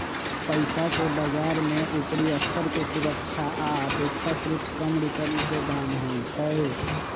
पइसाके बजार में उपरि स्तर के सुरक्षा आऽ अपेक्षाकृत कम रिटर्न के दाम होइ छइ